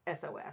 SOS